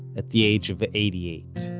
at the age of eighty eight.